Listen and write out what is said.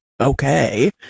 okay